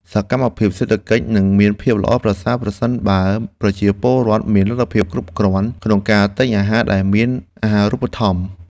សកម្មភាពសេដ្ឋកិច្ចនឹងមានភាពល្អប្រសើរប្រសិនបើប្រជាពលរដ្ឋមានលទ្ធភាពគ្រប់គ្រាន់ក្នុងការទិញអាហារដែលមានអាហាររូបត្ថម្ភ។